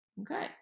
Okay